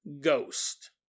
ghost